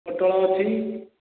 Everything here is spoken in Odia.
ପୋଟଳ ଅଛି